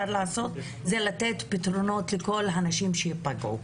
ואם לא לתת פתרונות לכל הנשים שייפגעו.